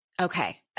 Okay